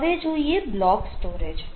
હવે જોઈએ block storage